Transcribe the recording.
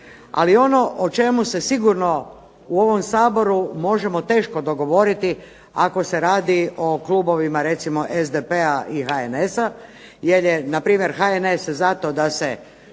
Ali ono o čemu se sigurno u ovom Saboru možemo teško dogovoriti ako se radi o klubovima recimo SDP-a i HNS-a jer je na primjer HNS za to da se